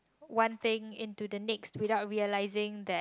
one thing into the next without realizing that